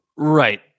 Right